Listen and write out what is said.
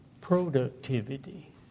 productivity